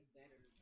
better